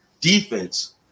defense